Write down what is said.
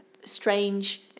strange